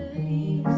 a